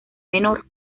menor